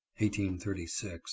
1836